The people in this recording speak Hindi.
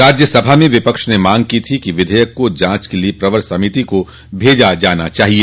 राज्य सभा में विपक्ष ने मांग की थी कि विधेयक को जांच के लिए प्रवर समिति को भेजा जाना चाहिए